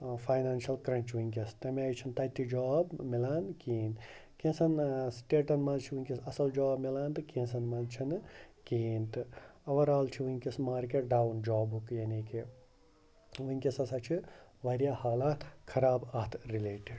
financial crunch وٕنکٮ۪س تَمہِ آے چھُنہٕ تَتہِ تہِ جاب مِلان کِہیٖنۍ کٮ۪نٛژھن سٹیٹَن منٛز چھِ وٕنکٮ۪س اَصٕل جاب مِلان تہٕ کٮ۪نٛژَن منٛز چھِنہٕ کِہیٖنۍ تہٕ اوٚوَرآل چھُ وٕنکٮ۪س مارکیٹ ڈاوُن جابُک یعنی کہِ وٕنکٮ۪س ہَسا چھِ وارِیاہ حالات خراب اَتھ رِلیٹِڈ